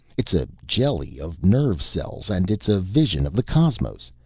it's a jelly of nerve cells and it's a vision of the cosmos.